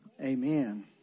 Amen